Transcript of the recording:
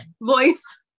voice